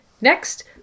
Next